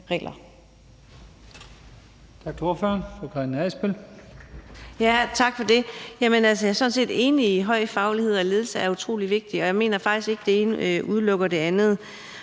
sådan set enig i, at høj faglighed og ledelse er utrolig vigtigt, og jeg mener faktisk ikke, at det ene udelukker det andet.